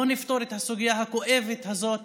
בוא נפתור את הסוגיה הכואבת הזאת